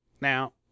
Now